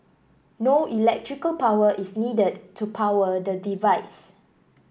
no electrical power is needed to power the device